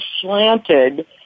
slanted